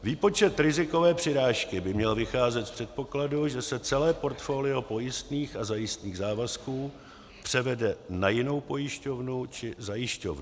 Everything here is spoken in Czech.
Výpočet rizikové přirážky by měl vycházet z předpokladu, že se celé portfolio pojistných a zajistných závazků převede na jinou pojišťovnu či zajišťovnu.